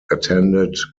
attended